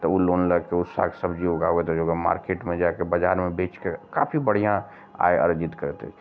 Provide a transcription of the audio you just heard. तऽ ओ लोन लऽ कए ओ साग सब्जी उगाबैत अछि ओकर मार्केटमे जा कऽ बजारमे बेचके काफी बढ़िऑं आय अर्जित करैत अछि